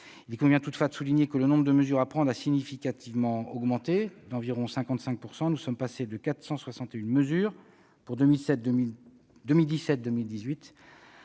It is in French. Il convient toutefois de souligner que le nombre de mesures à prendre a significativement augmenté, d'environ 55 %! Nous sommes passés de 461 mesures pour 2017-2018